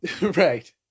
Right